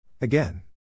Again